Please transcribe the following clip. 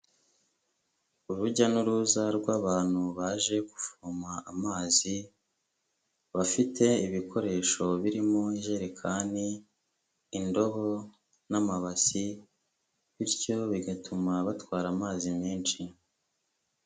Urujya n'uruza rw'abantu baje kuvoma amazi bafite ibikoresho birimo ijerekani, indobo n'amabasi bityo bigatuma batwara amazi menshi.